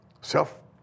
self